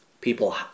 people